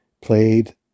played